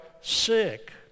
sick